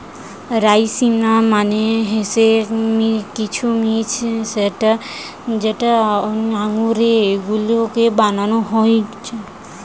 রাইসিনা মানে হৈসে কিছমিছ যেটা আঙুরকে শুকিয়ে বানানো হউক